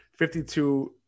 52